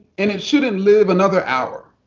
and it shouldn't live another hour.